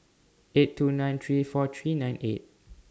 eight two nine three four three nine eight